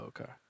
Okay